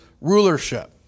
rulership